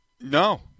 No